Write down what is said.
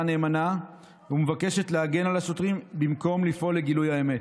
נאמנה ומבקשת להגן על השוטרים במקום לפעול לגילוי האמת,